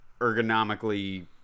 ergonomically